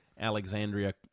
alexandria